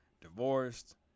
divorced